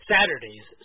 Saturdays